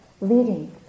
leading